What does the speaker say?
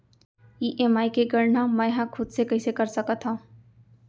EMI के गड़ना मैं हा खुद से कइसे कर सकत हव?